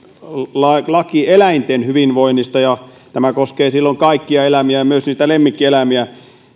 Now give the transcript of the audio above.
laki eläinten hyvinvoinnista ja tämä koskee silloin kaikkia eläimiä myös niitä lemmikkieläimiä